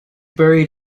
buried